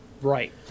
Right